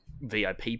VIP